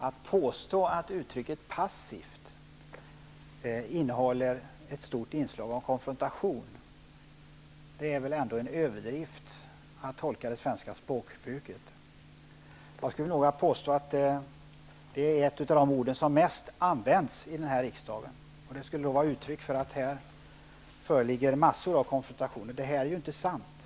Herr talman! Att på stå att ordet passivt innehåller ett stort inslag av konfrontation, är väl ändå en överdrift när det gäller att tolka det svenska språket. Jag skulle vilja påstå att det är ett av de ord som används mest i denna riksdag. Det skulle i så fall vara uttryck för att det föreligger mängder av konfrontation här. Men det är ju inte sant.